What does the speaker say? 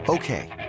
Okay